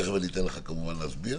תיכף אני אתן לך כמובן להסביר,